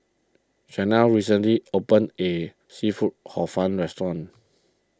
Chanelle recently opened a Seafood Hor Fun restaurant